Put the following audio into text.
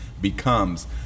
becomes